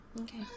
Okay